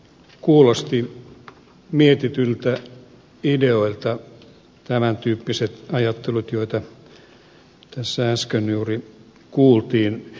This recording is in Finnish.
kuulostivat mietityiltä ideoilta tämäntyyppiset ajattelut joita tässä äsken juuri kuultiin